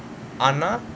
ஆனா:aana